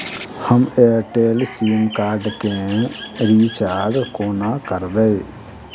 हम Airtel sim card केँ recharge कोना करबै?